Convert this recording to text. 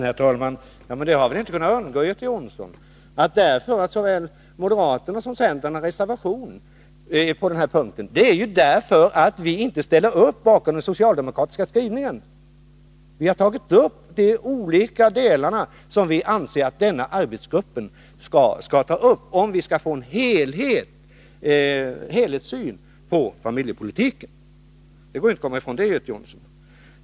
Herr talman! Det har väl inte kunnat undgå Göte Jonsson att anledningen till att såväl moderaterna som centern har en reservation på den här punkten är att vi inte ställer upp bakom den socialdemokratiska skrivningen. Vi har angett de olika delar som vi anser att arbetsgruppen skall ta upp, om vi skall få en helhetssyn på familjepolitiken. Det går inte att komma ifrån det, Göte Jonsson.